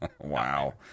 Wow